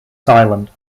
island